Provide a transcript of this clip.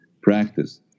practice